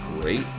great